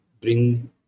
bring